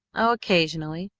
oh, occasionally,